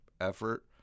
effort